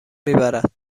میبرد